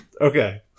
Okay